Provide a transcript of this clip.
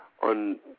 on